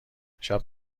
دیشب